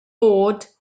bod